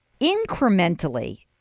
incrementally